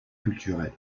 culturelles